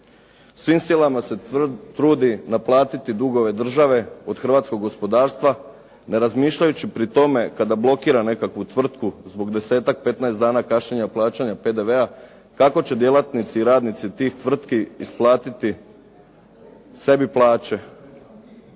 Svim silama se trudi naplatiti dugove države od hrvatskog gospodarstva, ne razmišljajući pri tome kada blokira nekakvu tvrtku zbog 10-ak, 15 dana kašnjenja plaćanja PDV-a, kako će djelatnici i radnici tih tvrtki isplatiti sebi plaće.